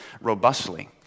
robustly